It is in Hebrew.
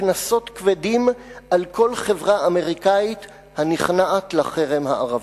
קנסות כבדים על כל חברה אמריקנית הנכנעת לחרם הערבי.